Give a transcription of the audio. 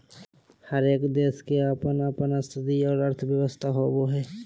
हरेक देश के अपन अपन स्थिति और अर्थव्यवस्था होवो हय